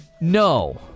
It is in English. No